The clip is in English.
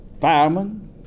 firemen